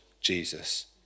Jesus